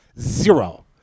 zero